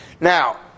Now